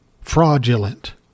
fraudulent